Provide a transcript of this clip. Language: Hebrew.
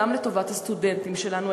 גם לטובת הסטודנטים שלנו,